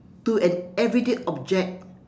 to an everyday object